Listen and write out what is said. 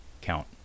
count